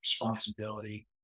responsibility